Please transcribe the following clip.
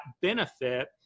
benefit